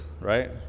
right